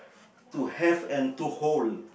to have and to hold